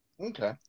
Okay